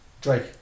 Drake